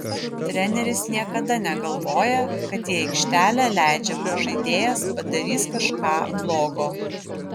treneris niekada negalvoja kad į aikštelę leidžiamas žaidėjas padarys kažką blogo